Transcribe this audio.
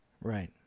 Right